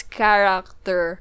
character